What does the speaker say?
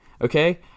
Okay